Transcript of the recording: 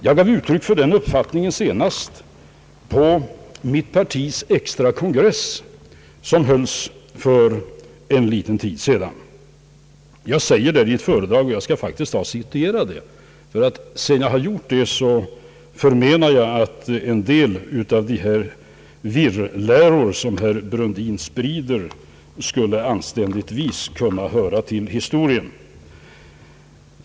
Jag gav uttryck för den uppfattningen senast på mitt partis extra kongress, som hölls för en kort tid sedan. Jag skall faktiskt citera ur ett föredrag som jag höll där, och sedan jag gjort det förmenar jag att en del av de virrläror, som herr Brundin sprider, anständigtvis skulle kunna höra till historien.